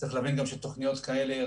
צריך להבין שתוכניות כאלה...